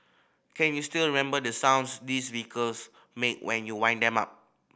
can you still remember the sounds these vehicles make when you wind them up